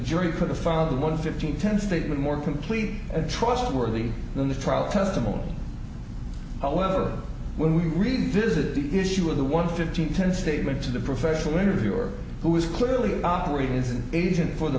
jury could have found the one fifteen ten state with more complete and trustworthy than the trial testimony however when we read visited the issue of the one fifteen ten statement to the professional interviewer who was clearly operating is an agent for the